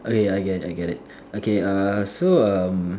okay I get it I get it okay err so um